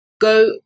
go